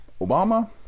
Obama